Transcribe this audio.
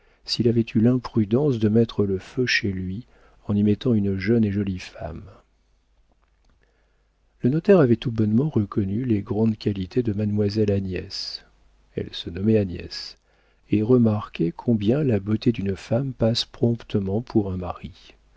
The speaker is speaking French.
s'il avait eu l'imprudence de mettre le feu chez lui en y mettant une jeune et jolie femme le notaire avait tout bonnement reconnu les grandes qualités de mademoiselle agnès elle se nommait agnès et remarqué combien la beauté d'une femme passe promptement pour un mari